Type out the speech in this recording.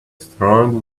strong